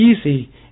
easy